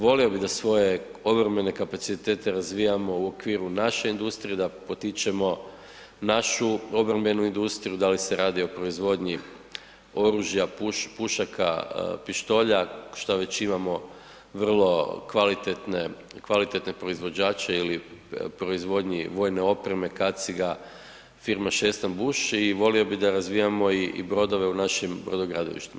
Volio bih da svoje obrambene kapacitete razvijamo u okviru naše industrije, da potičemo našu obrambenu industriju da li se radi o proizvodnji oružja, pušaka, pištolja šta već imamo vrlo kvalitetne proizvođače ili proizvodnji vojne opreme, kaciga, firma Šestan-Busch i volio bi da razvijamo brodove u našim brodogradilištima.